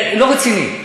לא רציני.